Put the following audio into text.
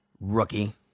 Rookie